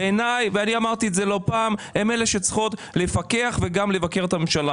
ואמרתי לא פעם שהן אלה שצריכות לפקח על הממשלה